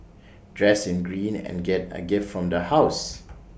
dress in green and get A gift from the house